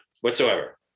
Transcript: Whatsoever